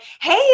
Hey